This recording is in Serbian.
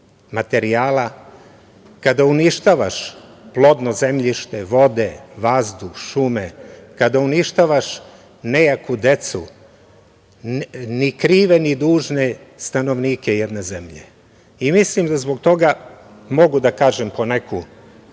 materijala, kada uništavaš plodno zemljište, vode, vazduh, šume, kada uništavaš nejaku decu, ni krive ni dužne stanovnike jedne zemlje? Mislim da zbog toga mogu da kažem poneku